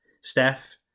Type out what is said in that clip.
Steph